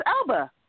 Elba